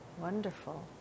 wonderful